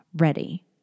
ready